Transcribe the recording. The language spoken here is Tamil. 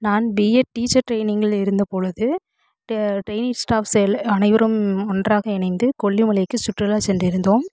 நான் பிஎட் டீச்சர் ட்ரெயினிங்கில் இருந்த பொழுது டே ட்ரெயினிங் ஸ்டாஃப்ஸ் எல்லா அனைவரும் ஒன்றாக இணைந்து கொல்லிமலைக்கு சுற்றுலா சென்றிருந்தோம்